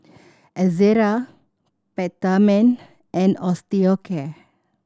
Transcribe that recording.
Ezerra Peptamen and Osteocare